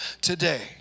today